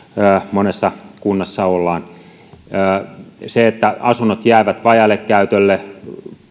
monessa kunnassa ollaan asunnot jäävät vajaalle käytölle